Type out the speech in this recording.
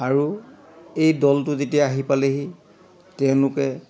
আৰু এই দলটো যেতিয়া আহি পালেহি তেওঁলোকে